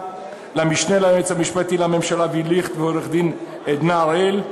למשנה ליועץ המשפטי לממשלה אבי ליכט ולעורכת-דין עדנה הראל,